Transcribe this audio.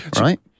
right